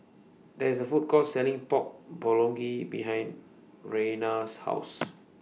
There IS A Food Court Selling Pork Bulgogi behind Rayna's House